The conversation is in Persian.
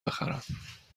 بخرم